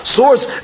source